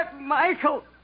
Michael